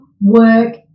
work